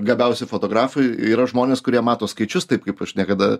gabiausi fotografai yra žmonės kurie mato skaičius taip kaip aš niekada